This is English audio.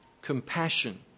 compassion